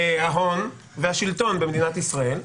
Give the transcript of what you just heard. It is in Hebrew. ההון והשלטון במדינת ישראל,